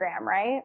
right